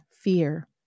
fear